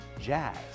jazz